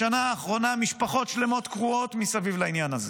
בשנה האחרונה משפחות שלמות קרועות מסביב לעניין הזה.